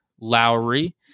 Lowry